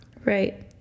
Right